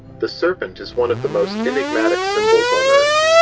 the serpent is one of the most enigmatic symbols on earth.